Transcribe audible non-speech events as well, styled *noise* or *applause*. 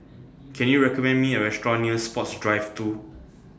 Can YOU recommend Me A Restaurant near Sports Drive *noise* two